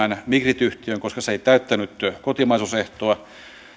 migrit yhtiön koska se ei täyttänyt kotimaisuusehtoa